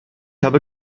habe